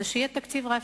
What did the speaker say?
היה שיהיה תקציב רב-שנתי.